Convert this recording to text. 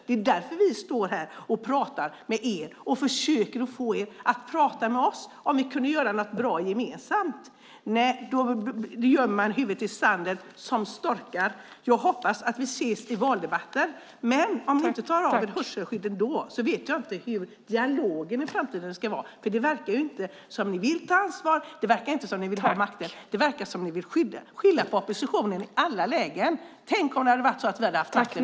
Det är därför vi står här och pratar med er och försöker få er att prata med oss om att göra något bra gemensamt. Nej, då gömmer man huvudet i sanden som strutsar. Jag hoppas att vi ses i valdebatten. Men om ni inte tar av er hörselskydden då vet jag inte hur dialogen kommer att vara i framtiden. Det verkar inte som att ni vill ta ansvar. Det verkar inte som att ni vill ha makten. Det verkar som att ni vill skylla på oppositionen i alla lägen. Tänk om det hade varit så att vi hade haft makten!